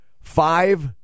Five